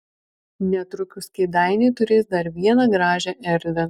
netrukus kėdainiai turės dar vieną gražią erdvę